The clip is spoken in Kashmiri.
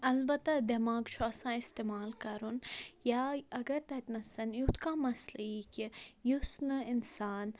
البتہٕ دٮ۪ماغ چھُ آسان استعمال کَرُن یا اگر تَتِنَسَن یُتھ کانٛہہ مَسلہٕ یی کہ یُس نہٕ اِنسان